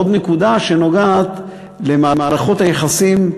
עוד נקודה שנוגעת למערכות היחסים.